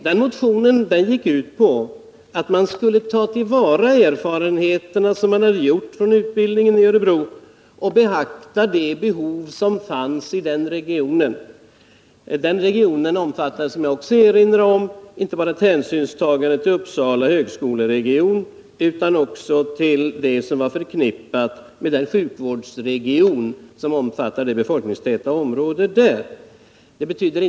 Den motionen gick ut på att man skulle ta till vara erfarenheterna från utbildningen i Örebro och beakta det behov som fanns i den regionen. Det innebär ett hänsynstagande inte bara till Uppsala högskoleregion utan också till den sjukvårdsregion som omfattar det befolkningstäta område där Örebro ligger.